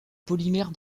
polymère